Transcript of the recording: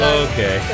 okay